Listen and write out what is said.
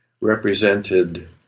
represented